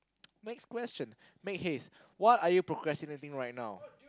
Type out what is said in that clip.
next question make haste what are you procrastinating right now